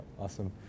awesome